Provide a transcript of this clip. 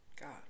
God